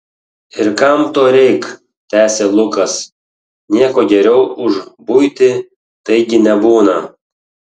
ir kam to reik tęsė lukas nieko geriau už buitį taigi nebūna